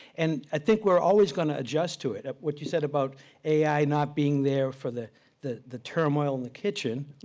and i think we're always going to adjust to it. what you said about ai not being there for the the turmoil in the kitchen,